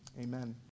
Amen